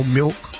milk